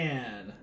Man